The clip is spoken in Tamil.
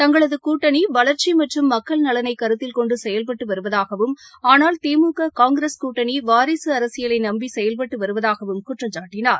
தங்களது கூட்டனி வளர்ச்சி மற்றும் மக்கள் நலனை கருத்தில் கொண்டு செயல்பட்டு வருவதாகவும் ஆனால் திமுக காங்கிரஸ் கூட்டணி வாரிசு அரசியலை நம்பி செயல்பட்டு வருவதாகவும் குற்றம் சாட்டினார்